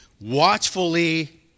watchfully